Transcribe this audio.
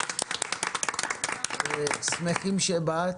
אנחנו שמחים שבאת.